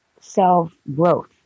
self-growth